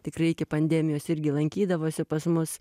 tikrai iki pandemijos irgi lankydavosi pas mus